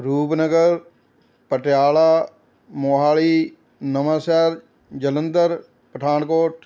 Rupnagar Patiala Mohali Nawanshahr Jalandhar Pathankot